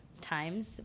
times